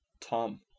Tom